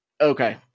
Okay